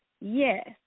yes